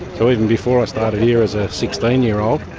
so even before i started here as a sixteen year old,